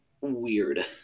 weird